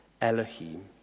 Elohim